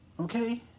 Okay